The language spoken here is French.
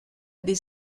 des